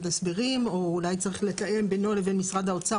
הסברים או אולי צריך לתאם בינו לבין משרד האוצר,